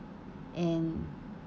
and